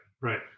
right